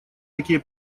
такие